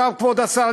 כבוד השר,